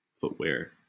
footwear